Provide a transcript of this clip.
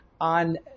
on